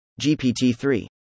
GPT-3